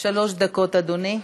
שלוש דקות, אדוני.